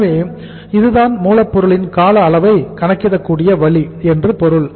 எனவே இதுதான் மூலப் பொருளின் கால அளவை கணக்கிட கூடிய வழி என்று பொருள்